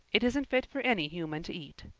it isn't fit for any human to eat,